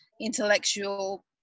intellectual